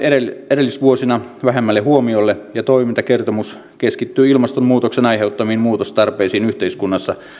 edellisvuosina vähemmälle huomiolle ja toimintakertomus keskittyy ilmastonmuutoksen aiheuttamiin muutostarpeisiin yhteiskunnassa